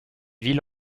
ville